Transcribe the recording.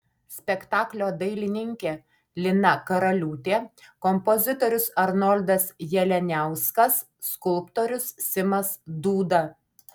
spektaklio dailininkė lina karaliūtė kompozitorius arnoldas jalianiauskas skulptorius simas dūda